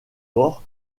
bord